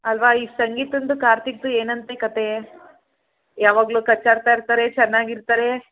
ಅಲ್ಲವಾ ಈ ಸಂಗೀತಂದು ಕಾರ್ತಿಕ್ದು ಏನಂತೆ ಕತೆ ಯಾವಾಗಲೂ ಕಚ್ಚಾಡ್ತಾ ಇರ್ತಾರೆ ಚೆನ್ನಾಗಿರ್ತಾರೆ